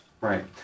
Right